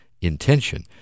intention